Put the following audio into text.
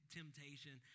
temptation